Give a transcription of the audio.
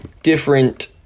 Different